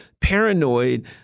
paranoid